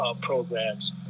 programs